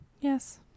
Yes